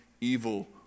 evil